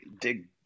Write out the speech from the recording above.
dig